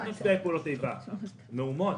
לא נפגעי פעולות איבה אלא מהומות.